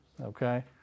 okay